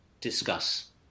Discuss